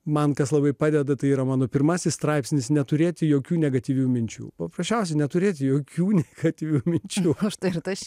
man kas labai padeda tai yra mano pirmasis straipsnis neturėti jokių negatyvių minčių paprasčiausiai neturėti jokių negatyvių minčių štai šitas